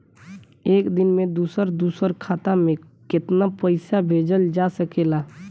एक दिन में दूसर दूसर खाता में केतना पईसा भेजल जा सेकला?